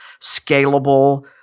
scalable